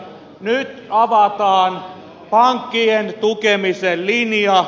nyt avataan pankkien tukemisen linja